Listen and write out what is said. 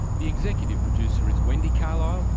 the executive producer is wendy carlisle,